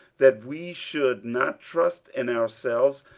that we should not trust in ourselves,